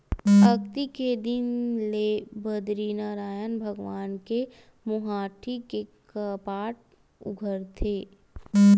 अक्ती के दिन ले बदरीनरायन भगवान के मुहाटी के कपाट उघरथे